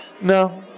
no